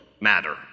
matter